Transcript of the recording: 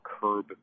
curb